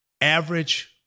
average